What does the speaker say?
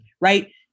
right